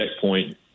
checkpoint